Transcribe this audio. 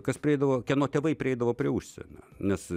kas prieidavo kieno tėvai prieidavo prie užsienio nes